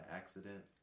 accident